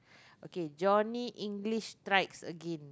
okay Johnny-English-Strikes-Again